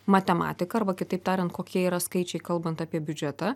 matematika arba kitaip tariant kokie yra skaičiai kalbant apie biudžetą